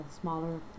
smaller